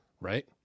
Right